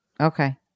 Okay